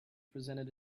presented